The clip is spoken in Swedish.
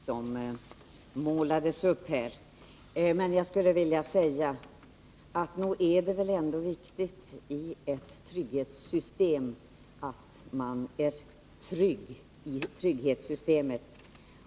Herr talman! Det var en mycket mörk bild som målades upp här. Nog är det väl viktigt att man är trygg i ett trygghetssystem.